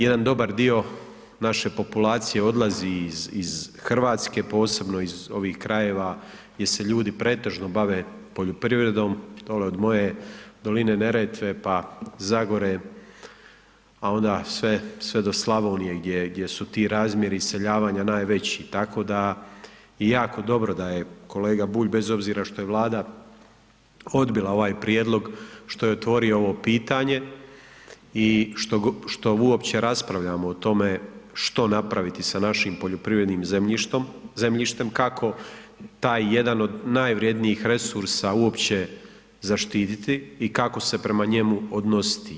Jedan dobar dio naše populacije odlazi iz RH, posebno iz ovih krajeva gdje se ljudi pretežno bave poljoprivredom, dole od moje doline Neretve, pa Zagore, a onda sve, sve do Slavonije gdje, gdje su ti razmjeri iseljavanja sve veći, tako da je jako dobro da je kolega Bulj bez obzira što je Vlada odbila ovaj prijedlog, što je otvorio ovo pitanje i što, što uopće raspravljamo o tome što napraviti sa našim poljoprivrednim zemljištom, zemljištem, kako taj jedan od najvrjednijih resursa uopće zaštititi i kako se prema njemu odnositi.